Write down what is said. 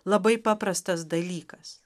labai paprastas dalykas